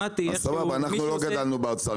שמעתי --- אז אנחנו לא גדלנו במשרד האוצר,